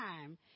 time